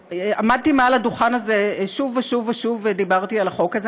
עמדתי מעל הדוכן הזה שוב ושוב ושוב ודיברתי על החוק הזה,